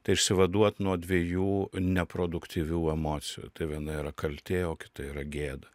tai išsivaduot nuo dviejų neproduktyvių emocijų tai viena yra kaltė o kita yra gėda